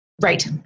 Right